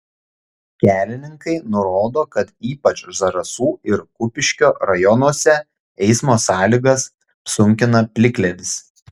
kelininkai nurodo kad ypač zarasų ir kupiškio rajonuose eismo sąlygas sunkina plikledis